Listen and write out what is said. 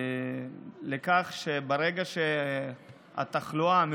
לכך שברגע שהתחלואה,